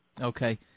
Okay